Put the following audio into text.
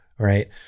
Right